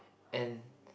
and